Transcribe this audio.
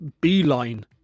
beeline